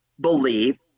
believe